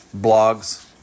blogs